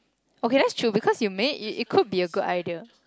okay that's true because you may it it could be a good idea